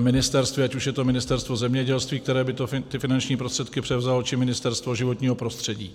ministerstvy, ať už je to Ministerstvo zemědělství, které by ty finanční prostředky převzalo, či Ministerstvo životního prostředí.